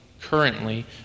currently